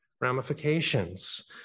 ramifications